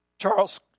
Charles